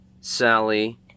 Sally